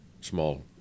small